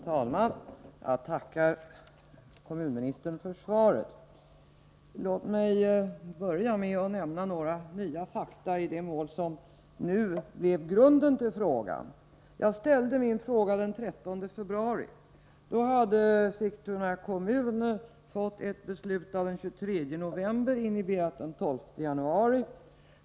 Herr talman! Jag tackar kommunministern för svaret. Låt mig börja med att nämna några nya fakta i det mål som är grunden till frågan. Jag ställde min fråga den 13 februari. Då hade Sigtuna kommun fått ett beslut av den 23 november, inhiberat den 12 januari.